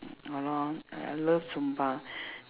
ya lor I I love zumba